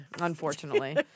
unfortunately